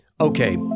Okay